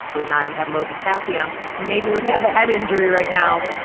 would not have had low potassium, maybe wouldn't have a head injury right now.